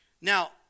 Now